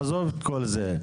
עזוב את כל זה.